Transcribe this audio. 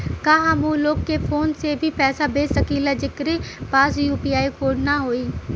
का हम ऊ लोग के भी फोन से पैसा भेज सकीला जेकरे पास क्यू.आर कोड न होई?